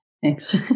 Thanks